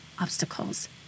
obstacles